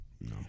No